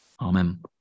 amen